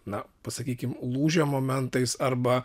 na pasakykim lūžio momentais arba